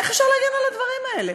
איך אפשר להגן על הדברים האלה?